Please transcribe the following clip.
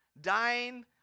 dying